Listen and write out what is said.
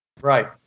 Right